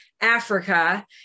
Africa